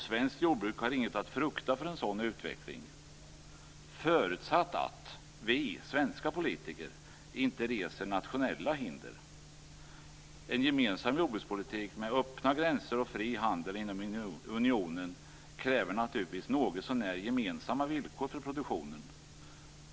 Svenskt jordbruk har inget att frukta för en sådan utveckling, förutsatt att vi svenska politiker inte reser nationella hinder. En gemensam jordbrukspolitik med öppna gränser och fri handel inom unionen kräver naturligtvis något så när gemensamma villkor för produktionen.